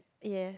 yes